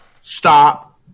Stop